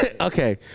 Okay